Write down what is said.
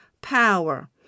power